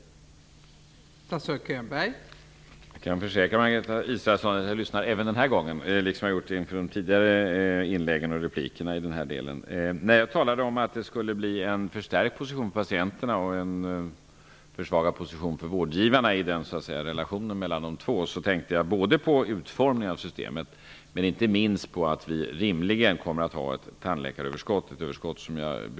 Jag hoppas att statsrådet tar till sig detta.